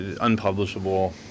unpublishable